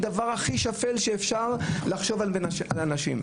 דבר הכי שפל שאפשר לחשוב על אנשים,